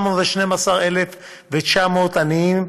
1,712,900 עניים.